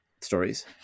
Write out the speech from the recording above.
stories